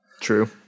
True